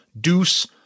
Deuce